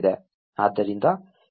ಆದ್ದರಿಂದ ಇದು ಹಂತ 2 ಆಗಿದೆ